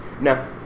No